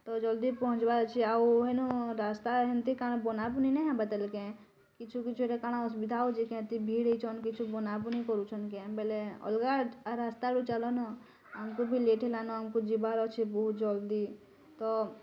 ତ ଜଲଦି ପହଞ୍ଚିବାର ଅଛି ଆଉ ହେନୁ ରାସ୍ତା ହେନ୍ତି କାଣା ବନା ବୁନି ନେଇଁ ହେବା ତେଲ କେଁ କିଛୁ କିଛୁ ହେଟା କାଣା ଅସୁବିଧା ହଉଛେ କେନ୍ତି ଭିଡ଼ ହେଇଛନ କିଛୁ ବନା ବାନି କରୁଛନ କେଁ ବେଲେ ଅଲଗା ରାସ୍ତାରୁ ଚାଲନ ଆମକୁ ବି ଲେଟ ହେଲାନ ଆମକୁ ଯିବାର ଅଛି ବହୁତ ଜଲଦି ତ